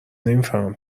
نمیفهمم